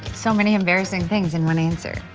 so many embarrassing things in one answer.